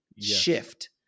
shift